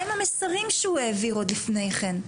מה הם המסרים שהוא העביר לפני כן.